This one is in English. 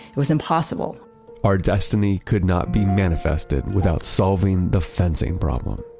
it was impossible our destiny could not be manifested without solving the fencing problem